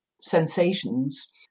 sensations